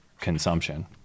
consumption